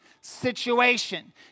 situation